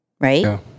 Right